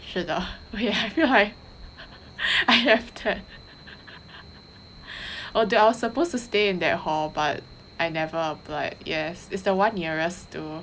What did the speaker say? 是的 wait have your hi~ I have that oh that I supposed to stay in that hall but I never applied yes is the one nearest to